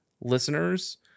listeners